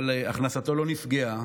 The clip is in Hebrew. אבל הכנסתו לא נפגעה